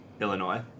Illinois